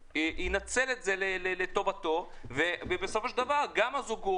שלא ייווצר מצב שכל צד ינצל את זה לטובתו ובסופו של דבר גם הזוגות